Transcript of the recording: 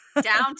Down